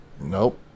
Nope